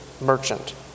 merchant